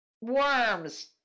Worms